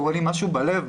קורה לי משהו בלב,